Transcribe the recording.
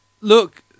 Look